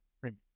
premium